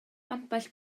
ambell